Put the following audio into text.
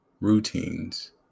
routines